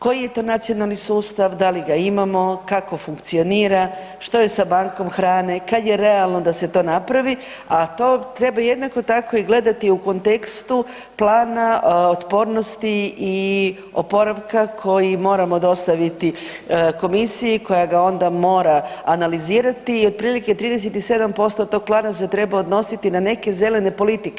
Koji je to nacionalni sustav, dali ga imamo, kako funkcionira, što je sa bankom hrane, kad je realno da se to napravi a to treba jednako tako i gledati u kontekstu plana otpornosti i oporavka koji moramo dostaviti komisiji koja ga onda mora analizirati i otprilike 37% tog plana se treba odnositi na neke zelene politike.